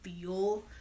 feel